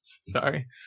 sorry